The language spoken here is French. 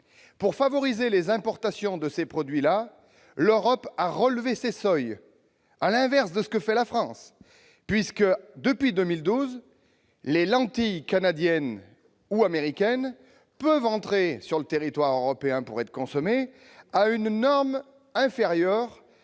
Pour favoriser les importations de ces produits, l'Union européenne a relevé ses seuils, à l'inverse de ce qui se fait en France. Ainsi, depuis 2012, les lentilles canadiennes ou américaines peuvent entrer sur le territoire européen pour être consommées avec un taux